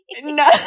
No